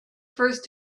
first